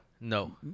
No